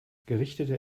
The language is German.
gerichtete